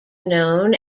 known